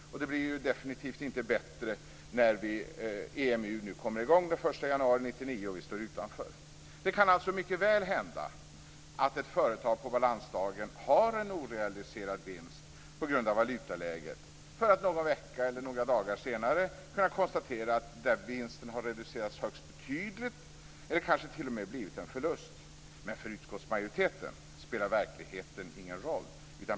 Och det blir definitivt inte bättre när EMU nu kommer i gång den 1 januari 1999 och vi står utanför. Det kan alltså mycket väl hända att ett företag på balansdagen har en orealiserad vinst på grund av valutaläget för att någon vecka eller några dagar senare kunna konstatera att denna vinst har reducerats högst betydligt eller kanske t.o.m. blivit en förlust. Men för utskottsmajoriteten spelar verkligheten ingen roll.